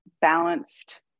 balanced